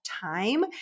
time